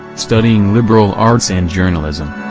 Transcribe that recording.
studying liberal arts and journalism.